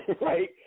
right